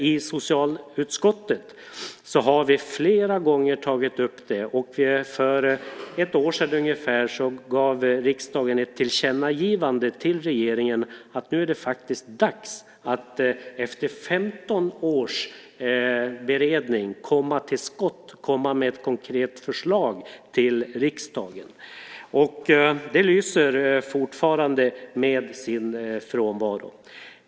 I socialutskottet har vi flera gånger tagit upp detta, och för ungefär ett år sedan gav riksdagen ett tillkännagivande till regeringen om att det nu faktiskt är dags att efter 15 års beredning komma till skott och komma med ett konkret förslag till riksdagen. Det lyser fortfarande med sin frånvaro.